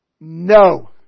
No